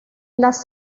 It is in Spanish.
las